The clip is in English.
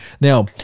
Now